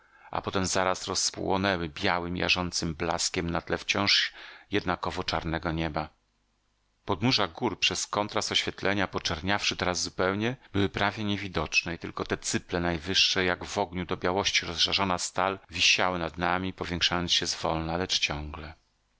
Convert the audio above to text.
a potem zaraz rozpłonęły białym jarzącym blaskiem na tle wciąż jednakowo czarnego nieba podnóża gór przez kontrast oświetlenia poczerniawszy teraz zupełnie były prawie niewidoczne i tylko te cyple najwyższe jak w ogniu do białości rozżarzona stal wisiały nad nami powiększając się zwolna lecz ciągle